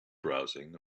browsing